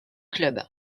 club